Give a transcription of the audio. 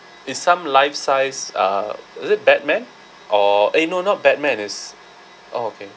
it's some life size uh is it batman or eh no not batman it's oh okay